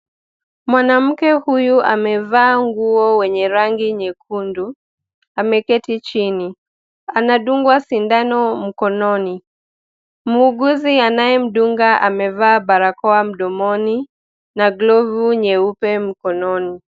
Mwanamke huyu amevaa nguo wenye rangi nyekundu ameketi chini anadungwa sindano mkononi. Muuguzi anayemdunga amevaa barakoa mdomoni na glovu nyeupe mkononi.